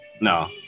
No